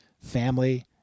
family